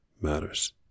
matters